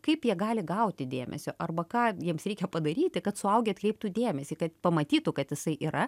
kaip jie gali gauti dėmesio arba ką jiems reikia padaryti kad suaugę atkreiptų dėmesį kad pamatytų kad jisai yra